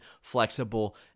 flexible